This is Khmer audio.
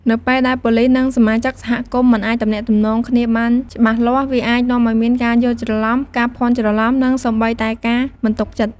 នៅពេលដែលប៉ូលិស និងសមាជិកសហគមន៍មិនអាចទំនាក់ទំនងគ្នាបានច្បាស់លាស់ វាអាចនាំឱ្យមានការយល់ច្រឡំ ការភ័ន្តច្រឡំ និងសូម្បីតែការមិនទុកចិត្ត។